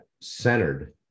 centered